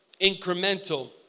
incremental